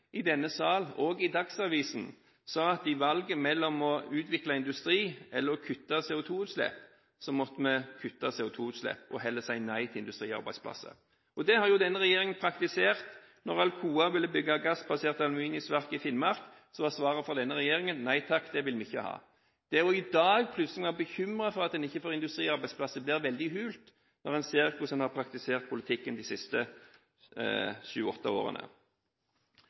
i denne sal og i Dagsavisen sa at i valget mellom å utvikle industri og å kutte CO2-utslipp måtte vi kutte CO2-utslipp og heller si nei til industriarbeidsplasser. Det har denne regjeringen praktisert. Da Alcoa ville bygge gassbasert aluminiumsverk i Finnmark, var svaret fra denne regjeringen nei takk, det vil vi ikke ha. Det i dag plutselig å være bekymret for at en ikke får industriarbeidsplasser, blir veldig hult når en ser hvordan en har praktisert politikken de siste sju–åtte årene.